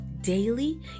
daily